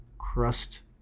crust